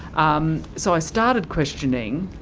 um so i started questioning,